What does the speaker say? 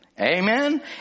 amen